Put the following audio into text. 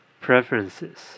preferences